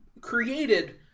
created